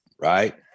right